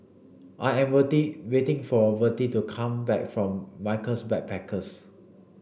I am Vertie waiting for Vertie to come back from Michaels Backpackers